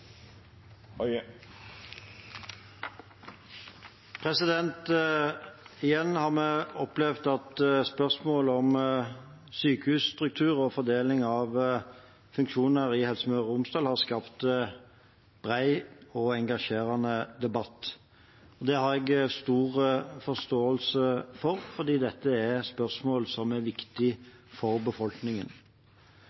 sal. Igjen har vi opplevd at spørsmål om sykehusstruktur og fordeling av funksjoner i Helse Møre og Romsdal har skapt bred og engasjerende debatt. Det har jeg stor forståelse for, for dette er spørsmål som er